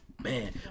Man